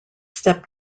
step